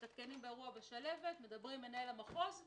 מתעדכנים באירוע בשלהבת, מדברים עם מנהל המחוז,